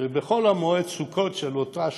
ובחול המועד סוכות של אותה השנה,